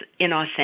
inauthentic